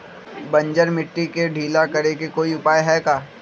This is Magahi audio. बंजर मिट्टी के ढीला करेके कोई उपाय है का?